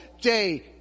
day